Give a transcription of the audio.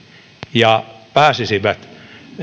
ja pääsisivät